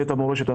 בית המורשת,